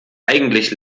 eigentlich